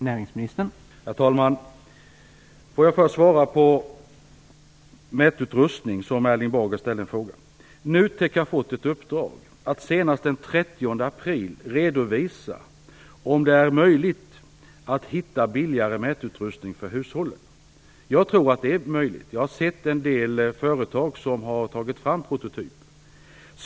Herr talman! Jag vill först svara på Erling Bagers fråga om mätutrustning. NUTEK har fått i uppdrag att senast den 30 april redovisa om det är möjligt att hitta billigare mätutrustning för hushållen. Jag tror att det är möjligt. Jag har sett en del företag som har tagit fram prototyper.